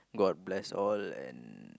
god bless all and